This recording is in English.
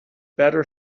better